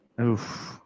Oof